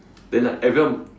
then like everyone